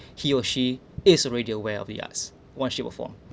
he or she is already aware of the arts one sheet of form